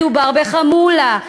שמדובר בחמולה,